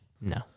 No